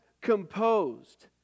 composed